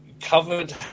covered